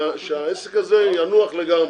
שהעסק הזה ינוח לגמרי,